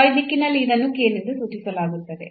y ದಿಕ್ಕಿನಲ್ಲಿ ಇದನ್ನು k ನಿಂದ ಸೂಚಿಸಲಾಗುತ್ತದೆ